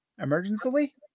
Emergency